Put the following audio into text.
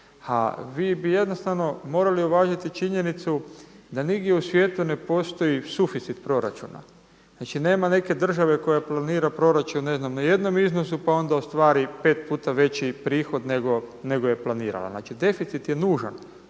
vi bi jednostavno morali uvažiti činjenicu da nigdje u svijetu ne postoji suficit proračuna znači nema neke države koja planira proračun na jednom iznosu, pa onda ostvari pet puta veći prihod nego je planirala. Znači deficit je nužan,